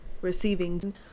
Receiving